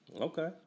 Okay